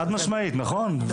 חד משמעית, נכון.